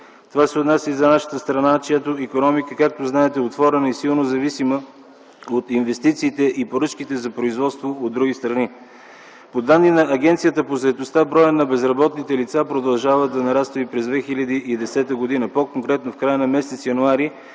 Това се отнася и за нашата страна, чиято икономика, както знаете, е отворена и силно зависима от инвестициите и поръчките за производство от други страни. По данни на Агенцията по заетостта, броят на безработните лица продължава да нараства и през 2010 г. По-конкретно, в края на м. януари